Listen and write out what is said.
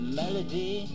melody